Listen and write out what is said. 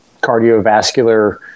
cardiovascular